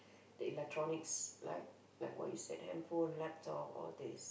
the electronics like like what you said hand phone laptop all these